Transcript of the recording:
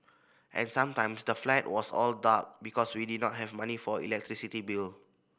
and sometimes the flat was all dark because we did not have money for electricity bill